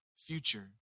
future